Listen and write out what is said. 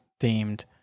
themed